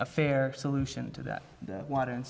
a fair solution to that water and